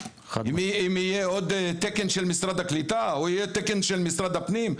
אם יהיה עוד תקן של משרד העלייה והקליטה או תקן של משרד הפנים,